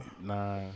Nah